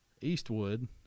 Eastwood